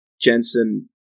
Jensen